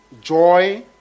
joy